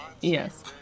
Yes